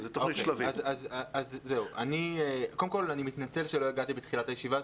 אני מתנצל שלא הגעתי בתחילת הישיבה.